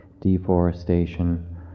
deforestation